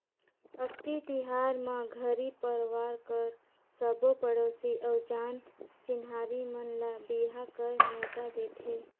अक्ती तिहार म घरी परवार कर सबो पड़ोसी अउ जान चिन्हारी मन ल बिहा कर नेवता देथे